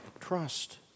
trust